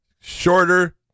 shorter